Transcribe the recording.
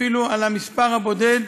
אפילו על המספר הבודד.